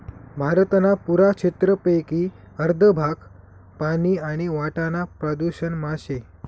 भारतना पुरा क्षेत्रपेकी अर्ध भाग पानी आणि वाटाना प्रदूषण मा शे